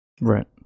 right